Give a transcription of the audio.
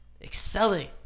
excelling